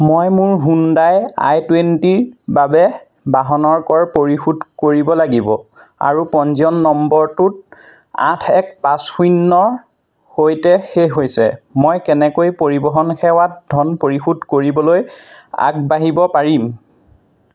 মই মোৰ Hyundai i twenty বাবে বাহনৰ কৰ পৰিশোধ কৰিব লাগিব আৰু পঞ্জীয়ন নম্বৰটো আঠ এক পাঁচ শূন্যৰ সৈতে শেষ হৈছে মই কেনেকৈ পৰিবহণ সেৱাত ধন পৰিশোধ কৰিবলৈ আগবাঢ়িব পাৰিম